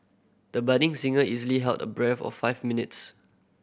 the budding singer easily held a breath or five minutes